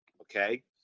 okay